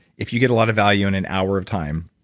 if you get a lot of value in an hour of time,